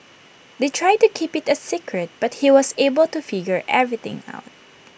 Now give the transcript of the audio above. they tried to keep IT A secret but he was able to figure everything out